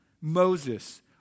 Moses